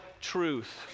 truth